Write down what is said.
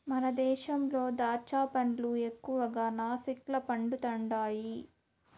మన దేశంలో దాచ్చా పండ్లు ఎక్కువగా నాసిక్ల పండుతండాయి